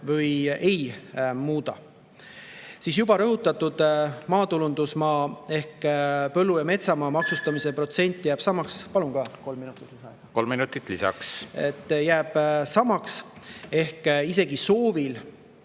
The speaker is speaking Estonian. või ei muuda. Nagu juba rõhutatud, maatulundusmaa ehk põllu- ja metsamaa maksustamise protsent jääb samaks. Palun ka kolm minutit lisaaega. Kolm minutit lisaks. Isegi soovi